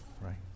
right